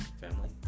Family